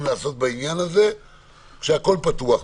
לעשות בעניין הזה כשהכול פתוח מבחינתי.